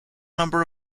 number